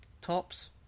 tops